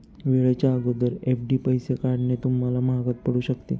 वेळेच्या अगोदर एफ.डी पैसे काढणे तुम्हाला महागात पडू शकते